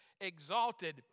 Exalted